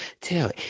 Tell